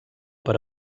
per